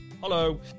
hello